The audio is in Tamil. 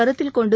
கருத்தில்கொண்டு